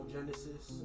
Genesis